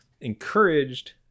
encouraged